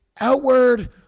outward